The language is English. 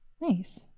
Nice